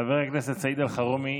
חבר הכנסת סעיד אלחרומי,